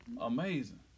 Amazing